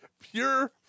pure